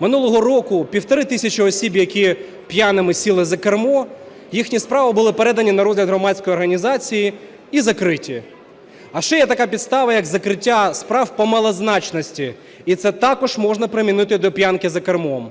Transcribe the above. Минулого року півтори тисячі осіб, які п'яними сіли за кермо, їхні справи були передані на розгляд громадської організації і закриті. А ще є така підстава, як закриття справ по малозначності. І це також можна примінити до п'янки за кермом.